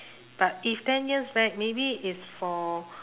but if ten years back maybe it's for